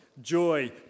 joy